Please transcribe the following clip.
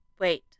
wait